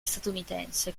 statunitense